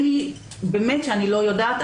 באמת שאני לא יודעת.